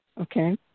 Okay